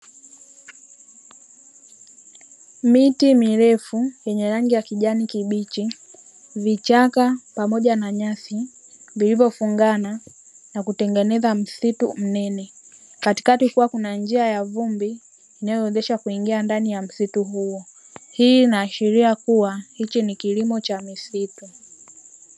Miti mirefu yenye rangi ya kijani kibichi, vichaka pamoja na nyasi vilivyofungana na kutengeneza msitu mnene katikati kukiwa na njia ya vumbi inayowezesha kuingia ndani ya msitu huo, hii inaashiria kuwa hichi ni kilimo cha misitu.